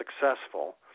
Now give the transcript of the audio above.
successful